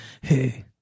hey